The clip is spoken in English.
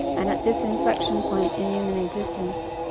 and at this inflection point in human existence,